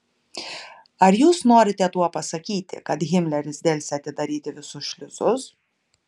ar jūs norite tuo pasakyti kad himleris delsė atidaryti visus šliuzus